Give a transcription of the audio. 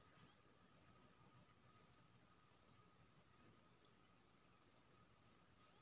सलियाना आमदनी जनला सँ बेकती अपन भरि सालक बजट नीक सँ तैयार कए सकै छै